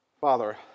Father